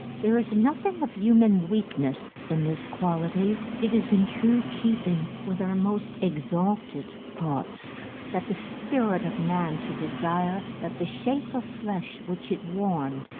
there is nothing of human weakness in this quality. it is in true keeping with our most exalted thoughts that the spirit of man should desire that the shape of flesh which it warmed,